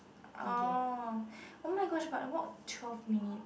orh oh my gosh but walk twelve minute